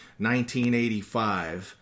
1985